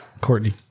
courtney